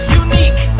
unique